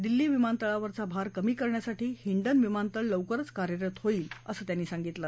दिल्ल्ली विमानतळावरचा भार कमी करण्यासाठी हिडन विमानतळ लवकरच कार्यरत होईलअसं त्यांनी सांगितलं